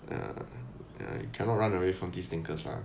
ya ya you cannot run away from these thinkers ah